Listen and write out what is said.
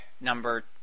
number